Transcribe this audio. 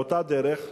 באותה דרך,